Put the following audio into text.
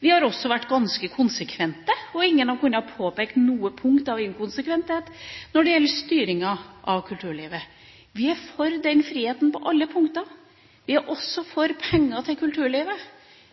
Vi har også vært ganske konsekvente. Ingen har kunnet påpeke noen inkonsekvens når det gjelder styringa av kulturlivet. Vi er for denne friheten på alle punkter. Vi er også for penger til kulturlivet.